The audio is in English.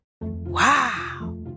Wow